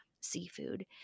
seafood